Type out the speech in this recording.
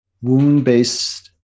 wound-based